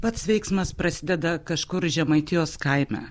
pats veiksmas prasideda kažkur žemaitijos kaime